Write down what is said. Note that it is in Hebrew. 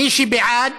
מי שבעד,